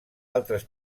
altres